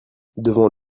devant